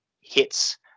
hits